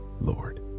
Lord